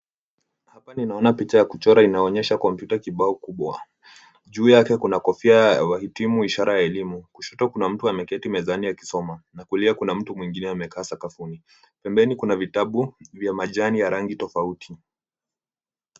Hapa ninaona picha ya kuchora inaonyesha kompyuta kibao kubwa. Juu yake kuna kofia ya wahitimu ishara ya elimu. Kushoto kuna mtu ameketi mezani akisoma na kulia kuna mtu mwingine amekaa sakafuni. Pembeni kuna vitabu vya majani ya rangi tofauti.